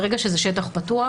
ברגע שזה שטח פתוח,